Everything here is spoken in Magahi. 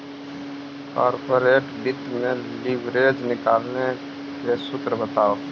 कॉर्पोरेट वित्त में लिवरेज निकाले के सूत्र बताओ